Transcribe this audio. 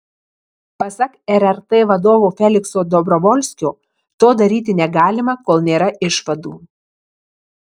pasak rrt vadovo felikso dobrovolskio to daryti negalima kol nėra išvadų